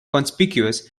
conspicuous